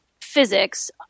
physics